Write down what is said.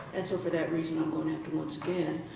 and so for that reason, i'm going to have to, once again,